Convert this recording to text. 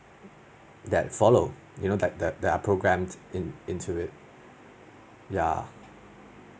that follow you know that that that are programmed in into it ya